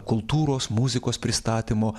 kultūros muzikos pristatymo